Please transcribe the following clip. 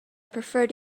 prefer